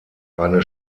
eine